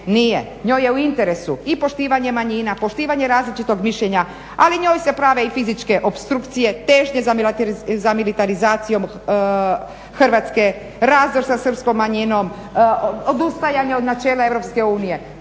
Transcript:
nije. Njoj je u interesu i poštivanje manjina, poštivanje različitog mišljenja, ali njoj se prave i fizičke opstrukcije, težnje za militarizacijom Hrvatske, razdor sa srpskom manjinom, odustajanje od načela EU.